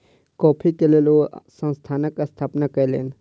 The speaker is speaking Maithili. कॉफ़ी के लेल ओ संस्थानक स्थापना कयलैन